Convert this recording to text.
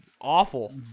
awful